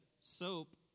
soap